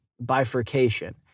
bifurcation